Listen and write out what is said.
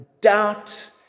doubt